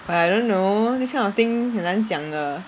I don't know this kind of thing 很难讲的